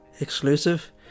Exclusive